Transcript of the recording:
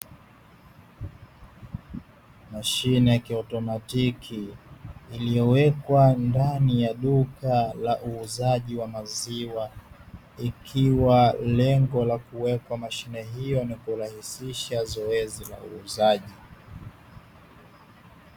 Mashine ya kiautomatiki iliyowekwa ndani ya duka la uuzaji wa maziwa, ikiwa lengo la kuwepo mashine hiyo ni kurahisisha zoezi la uuzaji.